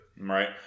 Right